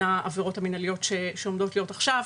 העבירות המינהליות שעומדות להיות עכשיו,